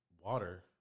water